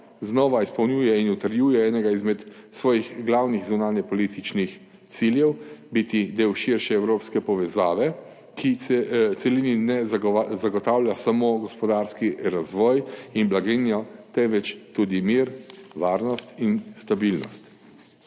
znova izpolnjuje in utrjuje enega izmed svojih glavnih zunanjepolitičnih ciljev biti del širše evropske povezave, ki celini ne zagotavlja samo gospodarskega razvoja in blaginje, temveč tudi mir, varnost in stabilnost.